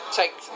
take